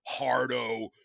Hardo